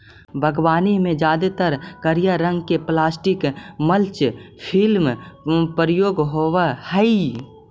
बागवानी में जादेतर करिया रंग के प्लास्टिक मल्च फिल्म प्रयोग होवऽ हई